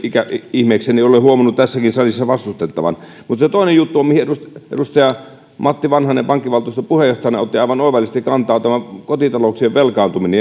ihmeekseni olen huomannut tässäkin salissa vastustettavan mutta se toinen juttu mihin edustaja edustaja matti vanhanen pankkivaltuuston puheenjohtajana otti aivan oivallisesti kantaa on tämä kotitalouksien velkaantuminen